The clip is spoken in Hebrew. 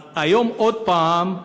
אז היום עוד הפעם,